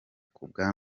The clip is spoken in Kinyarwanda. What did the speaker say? kubwa